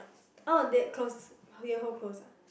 oh that close your hall close ah